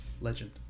legend